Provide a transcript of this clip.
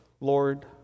Lord